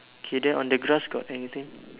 okay then on the grass got anything